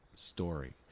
story